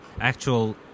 actual